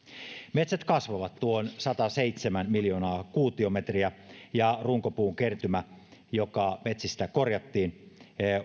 metsät kasvavat tuon sataseitsemän miljoonaa kuutiometriä ja runkopuun kertymä joka metsistä korjattiin